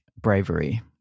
bravery